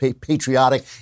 patriotic